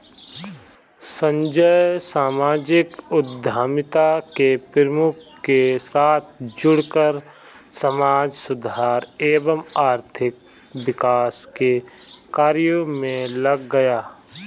संजय सामाजिक उद्यमिता के प्रमुख के साथ जुड़कर समाज सुधार एवं आर्थिक विकास के कार्य मे लग गया